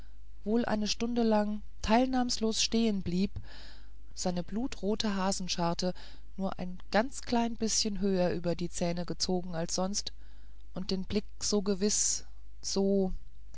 wohl eine stunde lang teilnahmslos stehen blieb seine blutrote hasenscharte nur ein ganz klein bißchen höher über die zähne gezogen als sonst und den blick so gewiß so